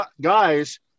guys